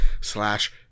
slash